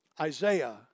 Isaiah